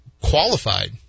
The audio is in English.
qualified